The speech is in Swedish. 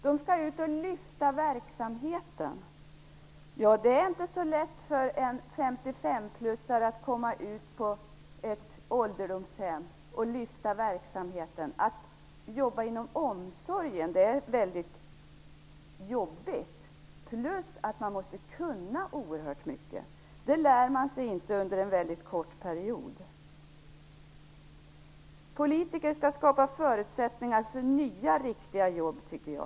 De skall ut och lyfta verksamheten, sägs det. Men det är inte så lätt för en 55-plussare att komma ut på ett ålderdomshem och lyfta verksamheten. Att jobba inom omsorgen är väldigt jobbigt, och dessutom måste man kunna oerhört mycket. Det är inget man lär sig under en kort period. Politiker skall skapa förutsättningar för nya riktiga jobb, tycker jag.